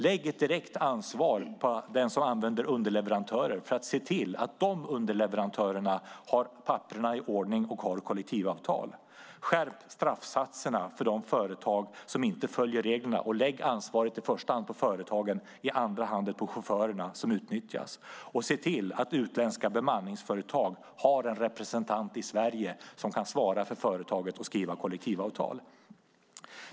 Lägg ett direkt ansvar på den som använder underleverantörer att se till att dessa underleverantörer har sina papper i ordning och har kollektivavtal! Skärp straffsatserna för de företag som inte följer reglerna! Lägg ansvaret i första hand på företagen och i andra hand på chaufförerna som utnyttjas! Se till att utländska bemanningsföretag har en representant i Sverige som kan svara för företaget och skriva kollektivavtal!